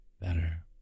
Better